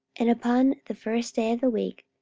and upon the first day of the week,